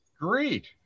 Great